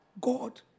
God